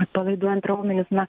atpalaiduojant raumenis na